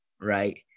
right